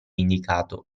indicato